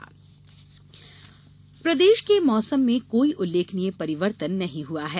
मौसम प्रदेश के मौसम में कोई उल्लेखनीय परिवर्तन नहीं हुआ है